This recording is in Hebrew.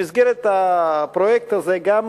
במסגרת הפרויקט הזה גם